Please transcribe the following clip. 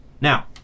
now